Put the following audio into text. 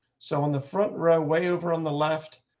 so on the front row way over on the left,